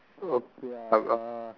okay ah uh